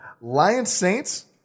Lions-Saints